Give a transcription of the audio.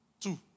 Two